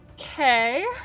Okay